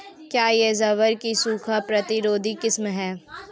क्या यह ज्वार की सूखा प्रतिरोधी किस्म है?